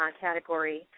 category